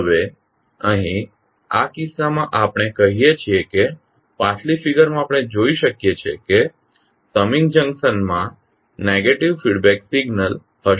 હવે અહીં આ કિસ્સામાં આપણે કહીએ છીએ કે પાછલી ફિગરમાં આપણે જોઇ શકીએ છીએ કે સમિંગ જંકશન માં નેગેટીવ ફીડબેક સિગ્નલ હશે